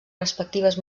respectives